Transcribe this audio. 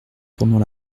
pendant